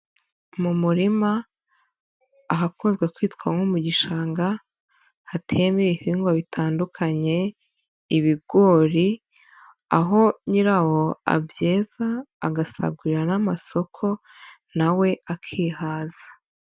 Mu murima ahakuzwe kwitwa nko mu gishanga hateyemo ibihingwa bitandukanye ibigori, aho nyirawo abyeza agasagurira n'amasoko na we akihaza.